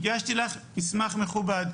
הגשתי לך מסמך מכובד,